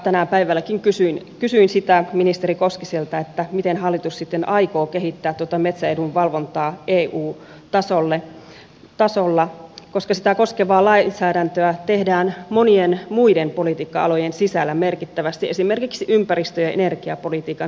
tänään päivälläkin kysyin sitä ministeri koskiselta miten hallitus sitten aikoo kehittää tuota metsäedunvalvontaa eu tasolla koska sitä koskevaa lainsäädäntöä tehdään monien muiden politiikka alojen sisällä merkittävästi esimerkiksi ympäristö ja energiapolitiikan sisällä